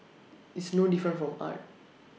it's no different from art